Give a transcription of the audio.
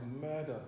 murder